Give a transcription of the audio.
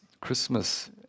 Christmas